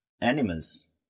animals